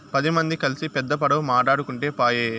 పది మంది కల్సి పెద్ద పడవ మాటాడుకుంటే పాయె